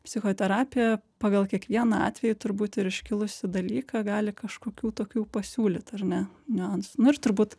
psichoterapija pagal kiekvieną atvejį turbūt ir iškilusį dalyką gali kažkokių tokių pasiūlyt ar ne niuansų nu ir turbūt